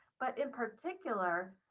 but in particular,